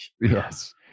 Yes